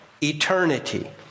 eternity